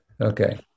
okay